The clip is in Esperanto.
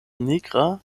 nigra